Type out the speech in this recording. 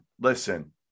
listen